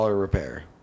repair